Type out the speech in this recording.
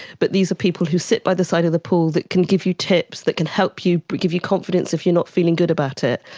but these are people who sit by the side of the pool that can give you tips, that can help you give you confidence if you're not feeling good about it.